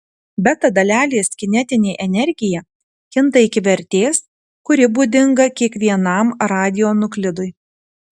beta dalelės kinetinė energija kinta iki vertės kuri būdinga kiekvienam radionuklidui